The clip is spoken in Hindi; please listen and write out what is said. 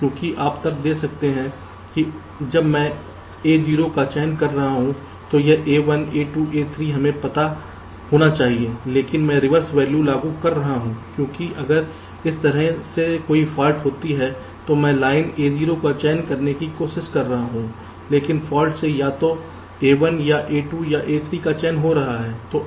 क्योंकि आप तर्क दे सकते हैं कि जब मैं A0 का चयन कर रहा हूं तो यह A1 A2 A3 हमें पता होना चाहिए लेकिन मैं रिवर्स वैल्यू लागू कर रहा हूं क्योंकि अगर इस तरह से कोई फॉल्ट होती है तो मैं लाइन A0 का चयन करने की कोशिश कर रहा हूं लेकिन फॉल्ट से या तो A1 या A2 या A3 का चयन हो रहा है